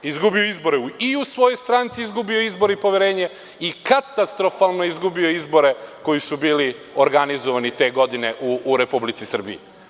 Izgubio je izbore i u svojoj stranci, izgubio je izbore i poverenje i katastrofalno je izgubio izbore koji su bili organizovani te godine u Republici Srbiji.